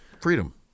Freedom